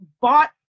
bought